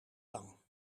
lang